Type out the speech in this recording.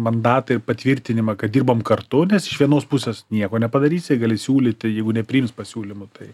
mandatą ir patvirtinimą kad dirbam kartu nes iš vienos pusės nieko nepadarysi gali siūlyti jeigu nepriims pasiūlymų tai